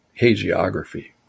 hagiography